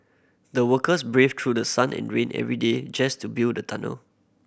the workers braved through the sun and rain every day just to build the tunnel